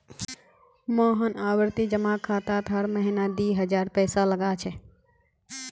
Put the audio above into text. मोहन आवर्ती जमा खातात हर महीना दी हजार पैसा लगा छे